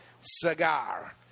cigar